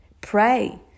pray